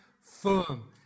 firm